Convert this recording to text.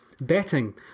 Betting